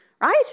right